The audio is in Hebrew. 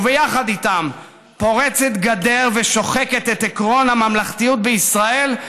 ביחד איתם היא פורצת גדר ושוחקת את עקרון הממלכתיות בישראל.